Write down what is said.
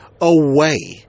away